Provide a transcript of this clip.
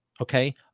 okay